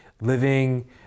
living